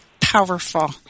powerful